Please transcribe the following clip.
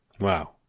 Wow